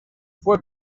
fue